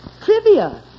Trivia